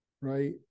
right